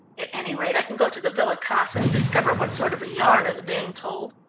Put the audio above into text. at any rate, i can go to the villa casa and discover what sort of a yarn is being told.